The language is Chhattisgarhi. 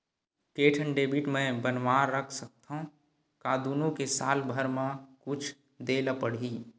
के ठन डेबिट मैं बनवा रख सकथव? का दुनो के साल भर मा कुछ दे ला पड़ही?